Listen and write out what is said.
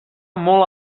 molt